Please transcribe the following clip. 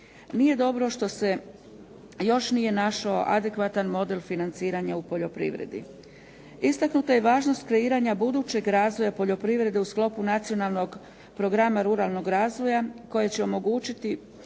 Nije dobro što se još nije našao adekvatan model financiranja u poljoprivredi. Istaknuta je važnost kreiranja budućeg razvoja poljoprivrede u sklopu Nacionalnog programa ruralnog razvoja koji će omogućiti